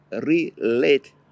relate